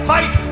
Fight